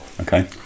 Okay